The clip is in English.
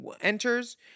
enters